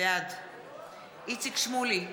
בעד איציק שמולי,